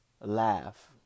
laugh